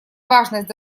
важность